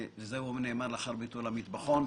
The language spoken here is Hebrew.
זה נאמר לאחר ביטול המטבחון.